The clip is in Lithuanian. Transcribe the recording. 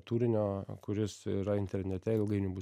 turinio kuris yra internete ilgainiui bus